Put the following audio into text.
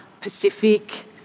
Pacific